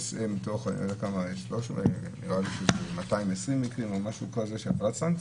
מתוך 220 מקרים או משהו כזה של הפעלת סנקציות,